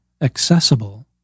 accessible